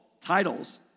titles